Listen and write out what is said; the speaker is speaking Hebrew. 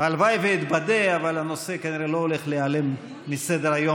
הלוואי שאתבדה אבל הנושא כנראה לא הולך להיעלם מסדר-היום,